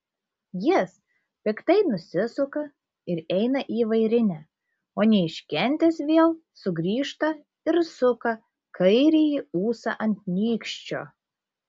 jis piktai nusisuka ir eina į vairinę o neiškentęs vėl sugrįžta ir suka kairįjį ūsą ant nykščio